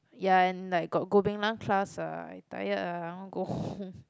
ya and like got Goh-Beng-Lang class ah I tired ah I want go home